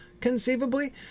conceivably